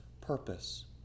purpose